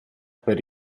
per